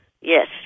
Yes